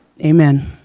amen